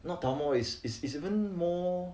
not dalmore is is is even more